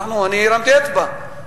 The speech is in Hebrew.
אני הרמתי אצבע,